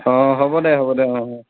অঁ হ'ব দে হ'ব দে অঁ